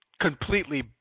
completely